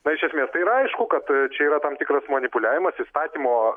na iš esmės tai yra aišku kad čia yra tam tikras manipuliavimas įstatymo